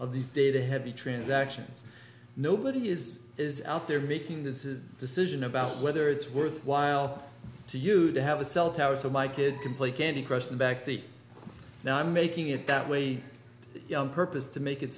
of these data heavy transactions nobody is is out there making this is a decision about whether it's worthwhile to use to have a cell tower so my kid can play candy crush the backseat now i'm making it that way purpose to make it